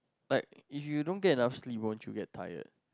like if you don't get enough sleep won't you get tired